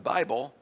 Bible